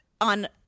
on